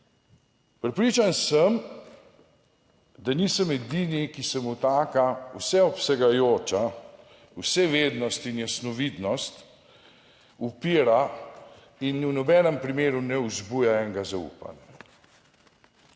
Prepričan sem, da nisem edini, ki se mu taka vseobsegajoča vsevednost in jasnovidnost upira in v nobenem primeru ne vzbuja enega zaupanja.